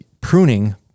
pruning